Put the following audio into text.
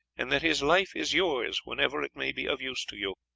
and that his life is yours whenever it may be of use to you